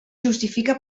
justifica